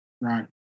right